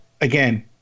again